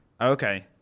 Okay